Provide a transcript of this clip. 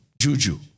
Juju